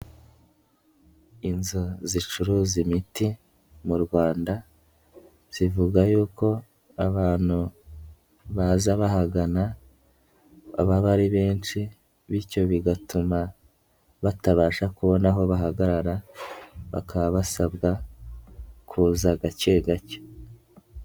Inzu zicuruza imiti mu Rwanda zivuga yuko abantu baza bahagana baba ari benshi bityo bigatuma batabasha kubona aho bahagarara bakaba basabwa kuza gake gake.